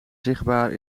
zichtbaar